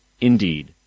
indeed